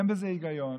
אין בזה היגיון.